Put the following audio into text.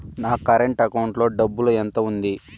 నా current account లో డబ్బులు ఎంత ఉంది?